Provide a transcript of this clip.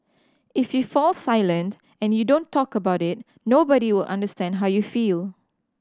if you fall silent and you don't talk about it nobody will understand how you feel